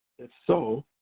if so,